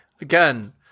Again